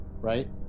right